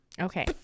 Okay